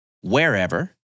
wherever